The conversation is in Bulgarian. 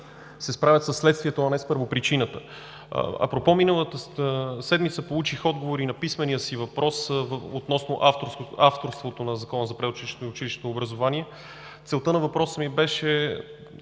се справя със следствието, а не с първопричината. Миналата седмица получих отговор и на писмения си въпрос относно авторството на Закона за предучилищното и училищното образование. Целта на въпроса ми беше